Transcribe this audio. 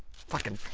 fucking,